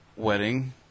wedding